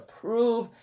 prove